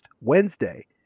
Wednesday